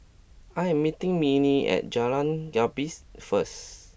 I am meeting Minnie at Jalan Gapis first